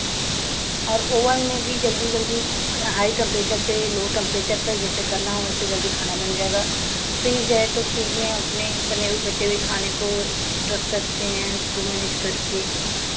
और ओवन में भी जल्दी से जल्दी हाई टेम्परेचर पे लो टम्परेचर पे जैसे करना हो वैसे जल्दी खाना बन जाएगा फ़्रिज है तो फ़्रिज में हम अपने बने हुए बचे हुए खाने को रख सकते हैं उसको मैनेज करके